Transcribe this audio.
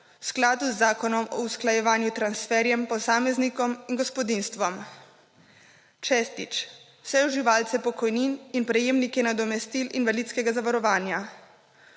v skladu z zakonom o usklajevanju transferjem posameznikom in gospodinjstvom. Šestič, vse uživalce pokojnin in prejemniki nadomestil invalidskega zavarovanja.